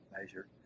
measure